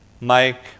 Mike